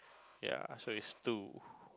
ya so it's two